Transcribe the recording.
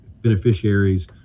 beneficiaries